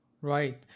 right